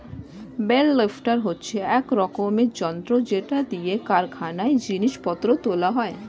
bell lifter হচ্ছে এক রকমের যন্ত্র যেটা দিয়ে কারখানায় জিনিস পত্র তোলা হয়